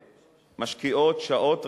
שמשקיעות שעות רבות,